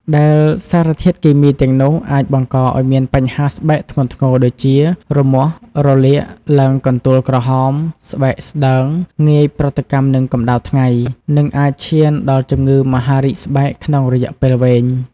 ដែលសារធាតុគីមីទាំងនោះអាចបង្កឱ្យមានបញ្ហាស្បែកធ្ងន់ធ្ងរដូចជា រមាស់ រលាក ឡើងកន្ទួលក្រហម ស្បែកស្តើង ងាយប្រតិកម្មនឹងកម្ដៅថ្ងៃ និងអាចឈានដល់ជំងឺមហារីកស្បែកក្នុងរយៈពេលវែង។